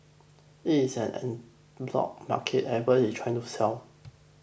it is an en bloc market everybody is trying to sell